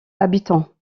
habitants